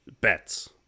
bets